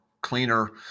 cleaner